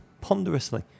ponderously